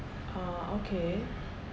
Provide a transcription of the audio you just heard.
uh okay